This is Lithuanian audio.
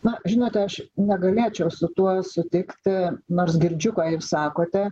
na žinote aš negalėčiau su tuo sutikti nors girdžiu kaip sakote